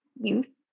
youth